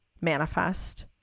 manifest